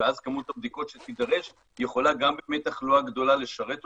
ואז כמות הבדיקות שתידרש יכולה גם --- לשרת אותנו.